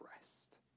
rest